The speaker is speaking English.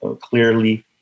clearly